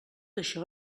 això